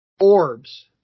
Orbs